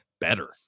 better